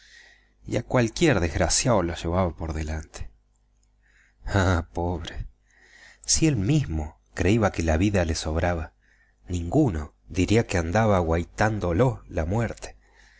a cualquier desgraciao lo llevaba por delante ah pobre si él mismo creiba que la vida le sobraba ninguno diría que andaba aguaitándolo la muerte